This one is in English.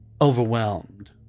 overwhelmed